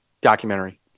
documentary